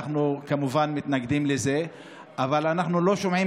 אנחנו כמובן מתנגדים לזה אבל אנחנו לא שומעים